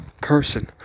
person